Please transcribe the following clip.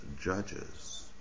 judges